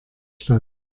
statt